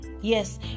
Yes